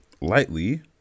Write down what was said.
lightly